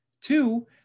Two